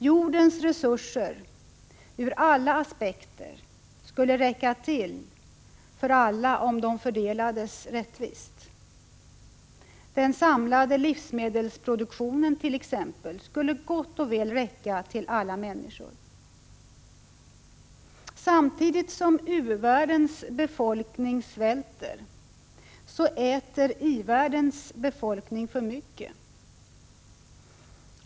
Jordens resurser — ur alla aspekter — skulle räcka till för alla om de fördelades rättvist. Den samlade livsmedelsproduktionen skulle gott och väl räcka till alla människor. Samtidigt som u-världens befolkning svälter äter i-världens befolkning för mycket.